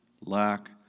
lack